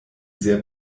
sehr